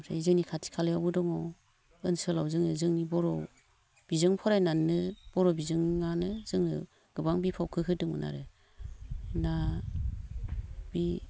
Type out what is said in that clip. ओमफ्राय जोंनि खाथि खालायावबो दं ओनसोलाव जोङो जोंनि बर' बिजों फरायनानैनो बर' बिजोंआनो जोंनो गोबां बिफावखौ होदोंमोन आरो दा बे